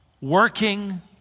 working